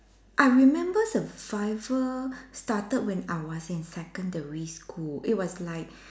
I remember survivor started when I was in secondary school it was like